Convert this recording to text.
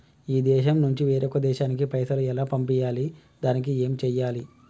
ఈ దేశం నుంచి వేరొక దేశానికి పైసలు ఎలా పంపియ్యాలి? దానికి ఏం చేయాలి?